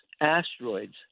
asteroids